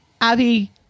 Abby